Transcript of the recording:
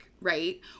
Right